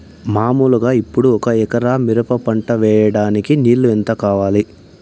మామూలుగా ఇప్పుడు ఒక ఎకరా మిరప పంట వేయడానికి నీళ్లు ఎంత కావాలి?